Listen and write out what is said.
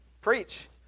preach